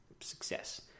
success